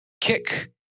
kick